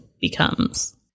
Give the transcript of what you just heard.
becomes